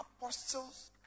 apostles